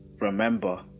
Remember